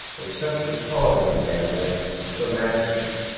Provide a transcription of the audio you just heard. they took the tall young man away to a magistrate,